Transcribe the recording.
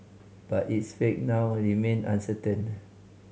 but its fate now remain uncertain